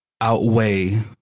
outweigh